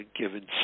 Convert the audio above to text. given